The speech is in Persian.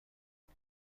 عقب